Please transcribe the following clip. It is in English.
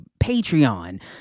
Patreon